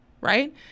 right